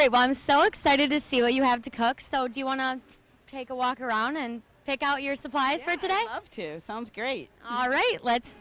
right well i'm so excited to see what you have to cook so do you want to take a walk around and pick out your supplies for today sounds good all right let's